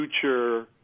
future